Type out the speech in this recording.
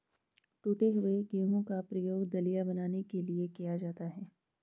टूटे हुए गेहूं का प्रयोग दलिया बनाने के लिए किया जाता है